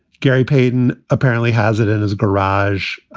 gary payton apparently has it in his garage.